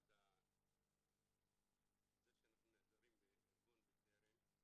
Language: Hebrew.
מלבד זה שאנחנו נעזרים בארגון 'בטרם'